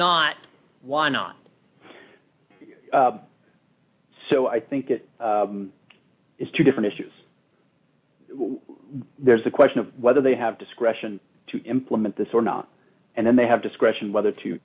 not why not so i think it is two different issues there's the question of whether they have discretion to implement this or not and then they have discretion whether to